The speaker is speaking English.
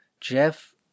Jeff